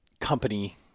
company